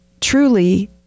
truly